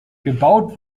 gebaut